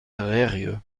reyrieux